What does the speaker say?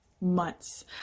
Months